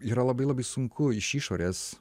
yra labai labai sunku iš išorės